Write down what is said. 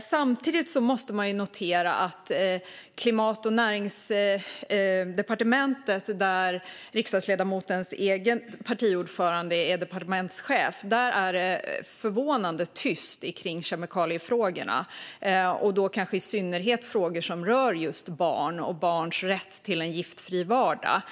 Samtidigt måste man notera att det på Klimat och näringslivsdepartementet, där riksdagsledamotens egen partiordförande är departementschef, är förvånande tyst i kemikaliefrågorna, kanske i synnerhet i frågor som rör just barn och deras rätt till en giftfri vardag.